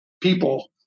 people